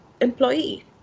employee